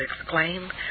exclaim